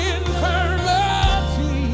infirmity